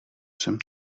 jsem